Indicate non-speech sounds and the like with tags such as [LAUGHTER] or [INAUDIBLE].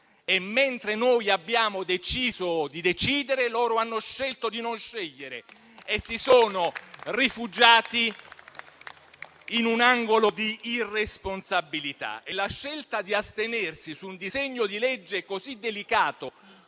e mentre noi abbiamo deciso di decidere, loro hanno scelto di non scegliere e si sono rifugiati in un angolo di irresponsabilità. [APPLAUSE] La scelta di astenersi su un disegno di legge così delicato